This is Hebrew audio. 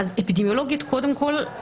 אפידמיולוגית קודם כול,